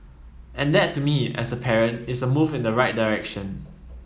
and that to me as a parent is a move in the right direction